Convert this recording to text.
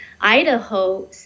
Idaho